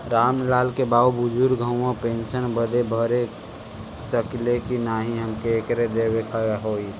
राम लाल के बाऊ बुजुर्ग ह ऊ पेंशन बदे भर सके ले की नाही एमे का का देवे के होई?